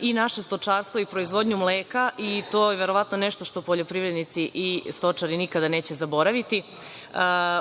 i naše stočarstvo i proizvodnju mleka. To je verovatno nešto što poljoprivrednici i stočari nikada neće zaboraviti.